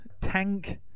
tank